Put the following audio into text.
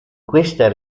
questa